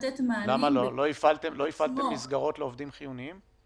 לא הפעלתם מסגרות לעובדים חיוניים?